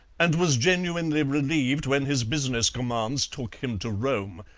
and was genuinely relieved when his business commands took him to rome,